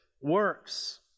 works